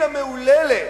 ימין או איש שמאל?